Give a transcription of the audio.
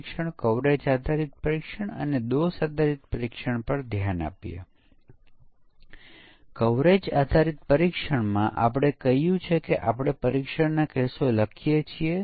ત્રીજું એ grey box અભિગમ છે જ્યાં આપણે યુનિટની ડિઝાઇન તરફ ધ્યાન આપીએ છીએ અને આપણે પરીક્ષણના કેસો સાથે આગળ વધીએ છીએ